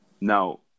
Now